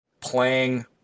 playing